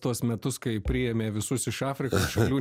tuos metus kai priėmė visus iš afrikos šalių